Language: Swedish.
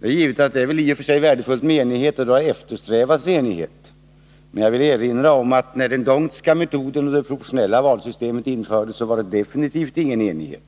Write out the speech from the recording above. Det är givet att det i och för sig är värdefullt med enighet, och enighet har eftersträvats, men jag vill erinra om att när den d'"Hondtska metoden och det proportionella valsystemet infördes rådde absolut ingen enighet.